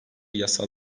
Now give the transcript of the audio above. yasal